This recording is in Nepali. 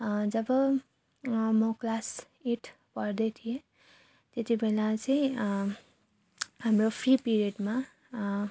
जब म क्लास एट पढ्दै थिएँ त्यति बेला चाहिँ हाम्रो फ्री पिरियडमा